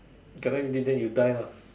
you cannot even eat then you die lah